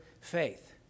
faith